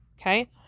Okay